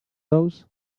those